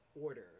order